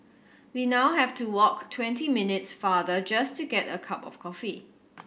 we now have to walk twenty minutes farther just to get a cup of coffee